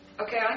Okay